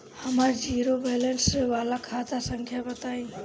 हमर zero balance वाला खाता संख्या बताई?